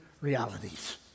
realities